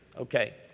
Okay